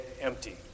empty